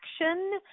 action